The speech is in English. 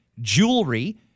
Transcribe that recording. jewelry